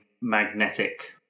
magnetic